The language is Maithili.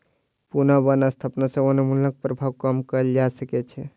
पुनः बन स्थापना सॅ वनोन्मूलनक प्रभाव कम कएल जा सकै छै